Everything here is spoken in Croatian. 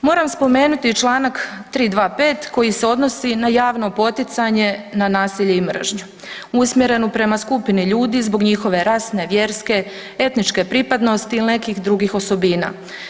Moram spomenuti i čl. 325. koji se odnosi na javno poticanje na nasilje i mržnju usmjerenu prema skupini ljudi zbog njihove rasne, vjerske, etničke pripadnosti ili nekih drugih osobinama.